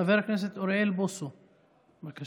חבר הכנסת אוריאל בוסו, בבקשה.